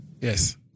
Yes